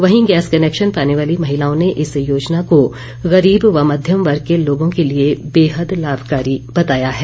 वहीं gas connection पाने वाली महिलाओं ने इस योजना को गरीब व मध्यम वर्ग के लोगों के लिए बेहद लाभकारी बताया है